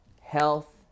health